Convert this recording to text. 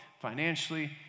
financially